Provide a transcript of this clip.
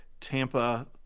Tampa